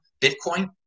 Bitcoin